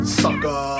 sucker